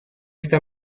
está